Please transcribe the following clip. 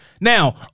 Now